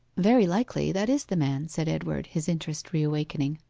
very likely that is the man said edward, his interest reawakening.